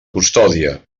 custòdia